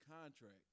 contract